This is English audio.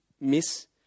miss